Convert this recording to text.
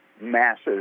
massive